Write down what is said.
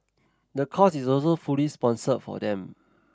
the course is also fully sponsored for them